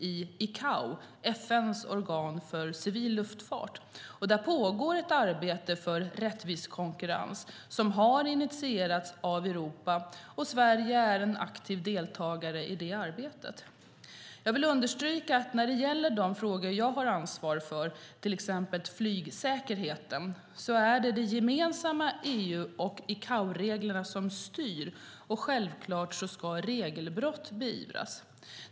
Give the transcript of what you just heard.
I Icao, FN:s organ för civil luftfart, pågår ett arbete för rättvis konkurrens som har initierats av Europa. Sverige är en aktiv deltagare i detta arbete. Jag vill understryka att när det gäller de frågor jag har ansvar för, till exempel flygsäkerheten, är det de gemensamma EU och Icaoregler som styr, och självklart ska regelbrott beivras.